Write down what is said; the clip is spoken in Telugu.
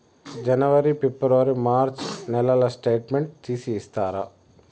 జనవరి, ఫిబ్రవరి, మార్చ్ నెలల స్టేట్మెంట్ తీసి ఇస్తారా?